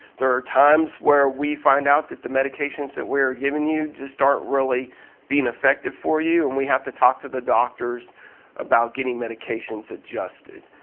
there are times where we find out that the medications that we are giving you just aren't really being effective for you and we have to talk to the doctors about getting medications adjusted.